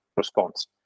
Response